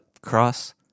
cross